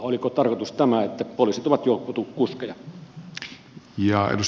oliko tarkoitus tämä että poliisit ovat juoppokuskeja